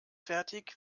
fertig